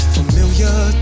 Familiar